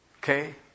Okay